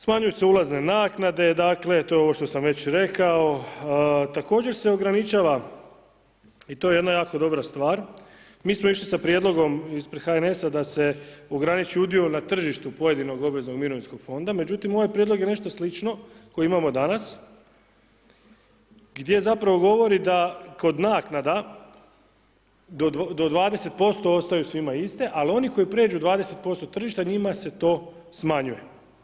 Smanjuju se ulazne naknade, to je ovo što sam već rekao, također se ograničava i to je jako dobra stvar, mi smo išli sa prijedlogom ispred HNS-a da se ograniči udio na tržištu pojedinog obveznog mirovinskog fonda, međutim, ovaj prijedlog je nešto slično koji imamo danas, gdje zapravo govori da kod naknada do 20% ostaju svima iste ali oni koji pređu 20% tržišta njima se to smanjuje.